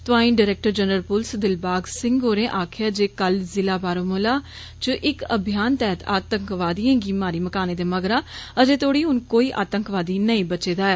तोआई director general police Dilbag Singh होरें आक्खेआ जे कल जिला बारामुला च एक अभियन तैहत आतंकवादिएं गी मारी मकाने दे मगरा अज्जे तोड़ी हुन कोई आतंकवादी नेई बचेदा ऐ